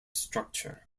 structure